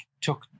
took